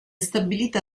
stabilita